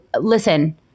listen